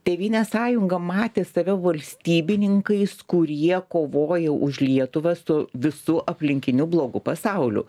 tėvynės sąjunga matė save valstybininkais kurie kovoja už lietuvą su visu aplinkiniu blogu pasauliu